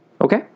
Okay